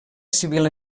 civil